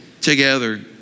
together